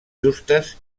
justes